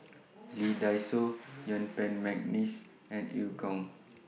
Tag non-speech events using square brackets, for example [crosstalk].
[noise] Lee Dai Soh Yuen Peng Mcneice and EU Kong